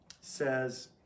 says